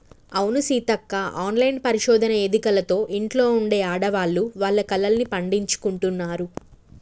అవును సీతక్క ఆన్లైన్ పరిశోధన ఎదికలతో ఇంట్లో ఉండే ఆడవాళ్లు వాళ్ల కలల్ని పండించుకుంటున్నారు